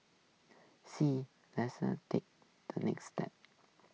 see less takes the next step